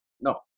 No